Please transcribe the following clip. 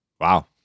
Wow